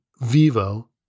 Vivo